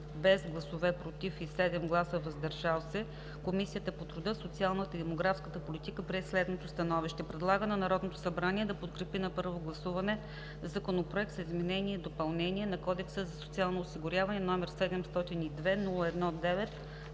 без гласове „против“ и 7 гласа „въздържал се“, Комисията по труда, социалната и демографската политика прие следното становище: Предлага на Народното събрание да подкрепи на първо гласуване Законопроекта за изменение и допълнение на Кодекса за социално осигуряване, № 702-01-9,